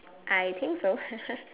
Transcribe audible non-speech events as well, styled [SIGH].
I think so [NOISE]